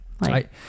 right